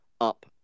up